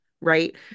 right